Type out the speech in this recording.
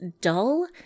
dull